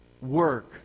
work